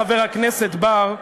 חבר הכנסת בר,